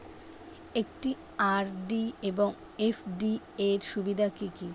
একটি আর.ডি এবং এফ.ডি এর সুবিধা কি কি?